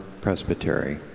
presbytery